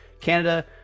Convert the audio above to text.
Canada